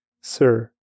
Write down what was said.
Sir